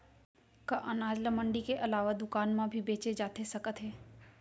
का अनाज ल मंडी के अलावा दुकान म भी बेचे जाथे सकत हे?